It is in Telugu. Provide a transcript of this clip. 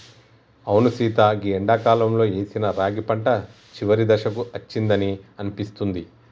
అవును సీత గీ ఎండాకాలంలో ఏసిన రాగి పంట చివరి దశకు అచ్చిందని అనిపిస్తుంది